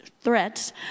threats